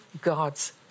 God's